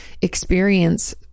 experience